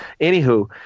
Anywho